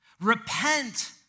Repent